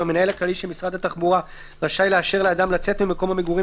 המנהל הכללי של משרד התחבורה רשאי לאשר לאדם לצאת ממקום המגורים